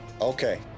okay